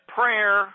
prayer